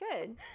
Good